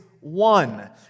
one